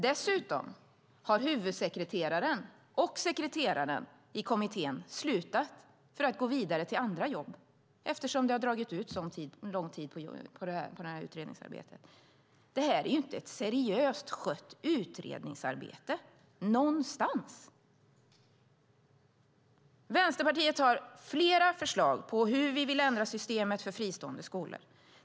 Dessutom har huvudsekreteraren och sekreteraren i kommittén slutat för att gå vidare till andra jobb, eftersom utredningsarbetet har dragit så långt ut på tiden. Det här är inte ett seriöst skött utredningsarbete, någonstans! Vänsterpartiet har flera förslag på hur vi vill ändra systemet för fristående skolor.